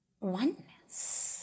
oneness